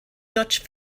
dutch